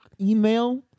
email